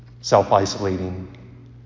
self-isolating